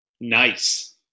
Nice